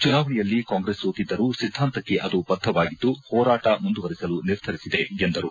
ಚುನಾವಣೆಯಲ್ಲಿ ಕಾಂಗ್ರೆಸ್ ಸೋತಿದ್ದರೂ ಸಿದ್ಧಾಂತಕ್ಕೆ ಅದು ಬದ್ಧವಾಗಿದ್ದು ಹೋರಾಟ ಮುಂದುವರಿಸಲು ನಿರ್ಧರಿಸಿದೆ ಎಂದರು